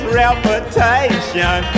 reputation